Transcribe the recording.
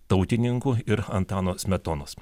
tautininkų ir antano smetonos